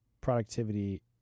productivity